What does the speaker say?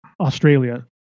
Australia